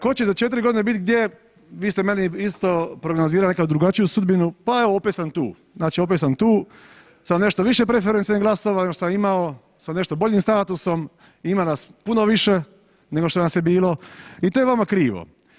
Ko će za 4.g. bit gdje vi ste meni isto prognozirali nekakvu drugačiju sudbinu, pa evo opet sam tu, znači opet sam tu sa nešto više preferencijalnih glasova nego šta sam imao sa nešto boljim statusom, ima nas puno više nego što nas je bilo i to je vama krivo.